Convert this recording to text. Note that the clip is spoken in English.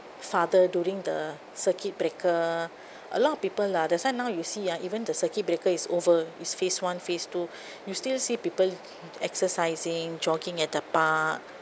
father during the circuit breaker a lot of people lah that's why now you see ah even the circuit breaker is over is phase one phase two you still see people exercising jogging at the park